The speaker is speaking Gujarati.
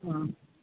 હા